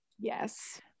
yes